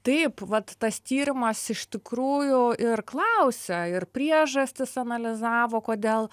taip vat tas tyrimas iš tikrųjų ir klausia ir priežastis analizavo kodėl